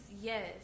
yes